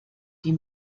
die